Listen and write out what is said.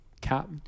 cap